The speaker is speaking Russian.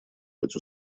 быть